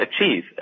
achieve